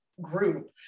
group